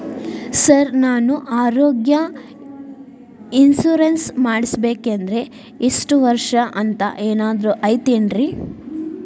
Sir ನಾನು ಆರೋಗ್ಯ insurance ಮಾಡಿಸ್ಬೇಕಂದ್ರೆ ಇಷ್ಟ ವರ್ಷ ಅಂಥ ಏನಾದ್ರು ಐತೇನ್ರೇ?